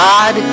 God